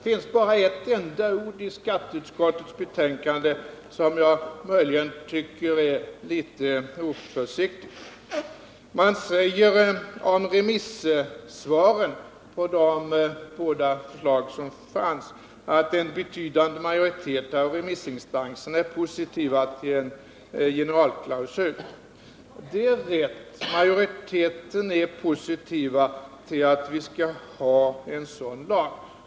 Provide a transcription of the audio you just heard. Det är bara ett enda ord i skatteutskottets betänkande som jag möjligen tycker är litet oförsiktigt. Man säger om remissvaren på de båda förslag som fanns att en betydande majoritet av remissinstanserna är positiva till en generalklausul. Det är riktigt — majoriteten är positiv till att vi skall ha en sådan lag.